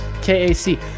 KAC